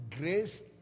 Grace